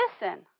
listen